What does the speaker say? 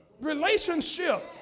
relationship